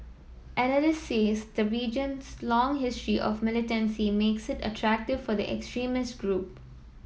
analysts says the region's long history of militancy makes it attractive for the extremist group